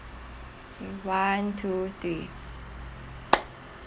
okay one two three